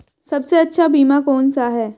सबसे अच्छा बीमा कौन सा है?